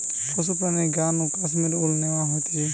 পশুর প্রাণীর গা নু কাশ্মীর উল ন্যাওয়া হতিছে